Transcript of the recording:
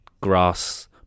grass